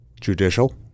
Judicial